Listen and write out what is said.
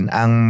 ang